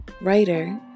writer